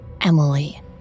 Emily